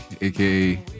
AKA